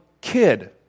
kid